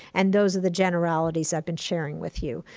and those are the generalities i've been sharing with you,